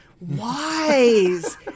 wise